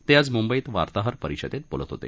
ते आज मुंबईत वार्ताहर परिषदेत बोलत होते